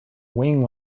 wing